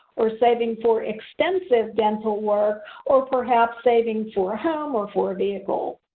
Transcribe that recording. or saving for extensive dental work or perhaps saving for a home or for a vehicle.